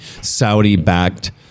Saudi-backed